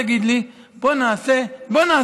תגיד לי: בואו נעשה היפרדות.